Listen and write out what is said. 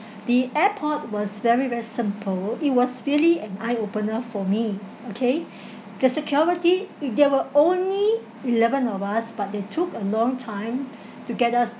the airport was very very simple it was really an eye opener for me okay the security there were only eleven of us but they took a long time to get us